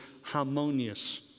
harmonious